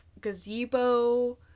gazebo